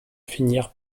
finir